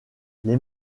les